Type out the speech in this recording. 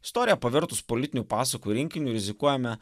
istoriją pavertus politinių pasakų rinkiniu rizikuojame